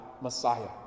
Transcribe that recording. Messiah